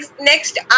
next